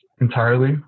entirely